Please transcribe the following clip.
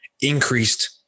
increased